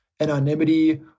anonymity